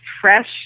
fresh